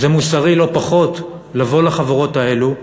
זה מוסרי לא פחות לבוא לחברות האלו,